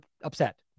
upset